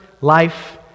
life